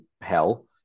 hell